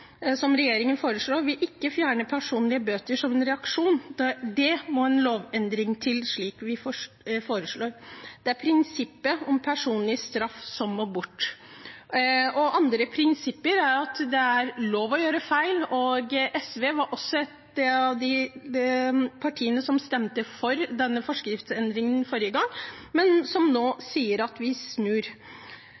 fjerne personlige bøter som en reaksjon. Til det må en lovendring til, slik vi foreslår. Det er prinsippet om personlig straff som må bort. Et annet prinsipp er at det er lov å gjøre feil. SV var et av partiene som stemte for denne forskriftsendringen i sin tid, men som nå